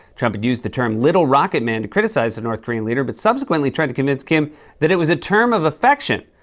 trump had used the term little rocket man to criticize the north korean leader but subsequently tried to convince kim that it was a term of affection.